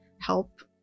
help